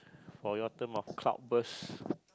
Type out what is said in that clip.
for your term of cloud burst